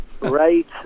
Right